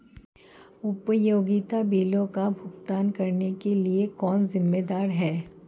उपयोगिता बिलों का भुगतान करने के लिए कौन जिम्मेदार है?